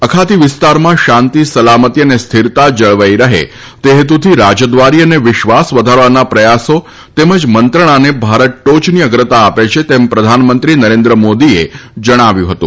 અખાતી વિસ્તારમાં શાંતિ સલામતી અને સ્થિરતા જળવાઈ રહે તે હેતુથી રાજદ્વારી અને વિશ્વાસ વધારવાના પ્રથાસો તેમજ મંત્રણાને ભારત ટોયની અગ્રતા આપે છે તેમ પ્રધાનમંત્રી નરેન્દ્ર મોદીએ જણાવ્યું હતું